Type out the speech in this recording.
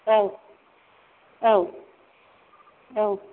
औ औ औ